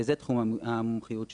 וזה תחום המומחיות שלי.